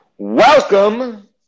Welcome